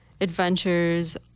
adventures